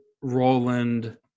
Roland